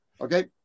Okay